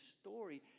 story